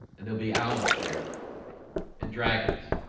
and there'll be owls there and dragons